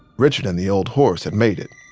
richard and the old horse had made it.